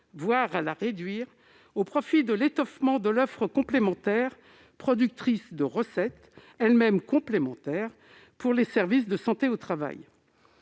voire à la réduire, au profit d'un étoffement de l'offre complémentaire, productrice de recettes elles-mêmes complémentaires pour les services de santé au travail.